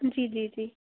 जी जी जी